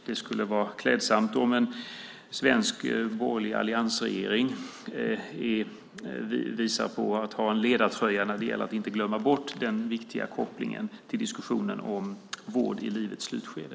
Det skulle vara klädsamt om en svensk borgerlig alliansregering visar att man har en ledartröja när det gäller att inte glömma bort den viktiga kopplingen till diskussionen om vård i livets slutskede.